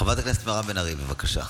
חברת הכנסת מירב בן ארי, בבקשה.